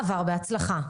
עברה בהצלחה.